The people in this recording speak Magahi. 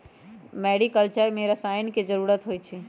मेरिकलचर में रसायन के जरूरत होई छई